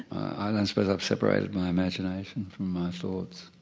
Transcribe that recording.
i don't suppose i've separated my imagination from my thoughts.